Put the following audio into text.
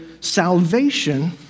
salvation